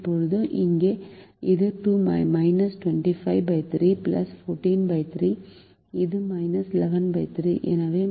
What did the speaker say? இப்போது இங்கே அது 253 143 இது 113 எனவே -M 113